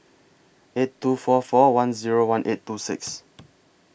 eight two four four one Zero one eight two six